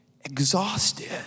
exhausted